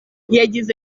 yagize